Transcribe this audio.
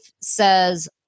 says